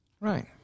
Right